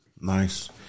Nice